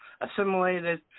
Assimilated